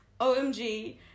OMG